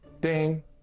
Ding